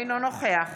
אינו נוכח